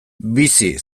bizi